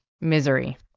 Misery